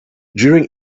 during